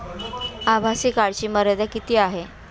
आभासी कार्डची मर्यादा किती आहे?